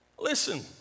Listen